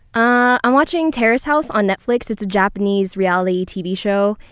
ah i'm watching terrace house on netflix. it's a japanese reality tv show.